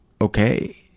okay